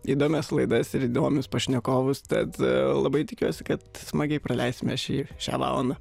įdomias laidas ir įdomius pašnekovus tad labai tikiuosi kad smagiai praleisime šį šią valandą